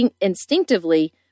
instinctively